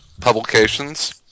Publications